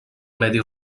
medi